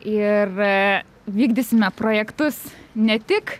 ir vykdysime projektus ne tik